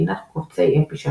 נגינת קובצי MP3,